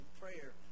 prayer